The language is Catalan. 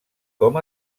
com